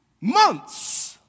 months